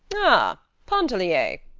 ah, pontellier!